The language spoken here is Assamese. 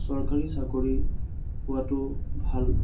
চৰকাৰী চাকৰি পোৱাটো ভাল